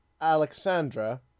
Alexandra